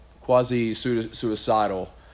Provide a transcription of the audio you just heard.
quasi-suicidal